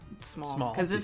small